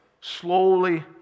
slowly